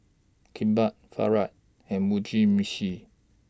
Kimbap Falafel and Mugi Meshi